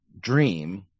dream